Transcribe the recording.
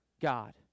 God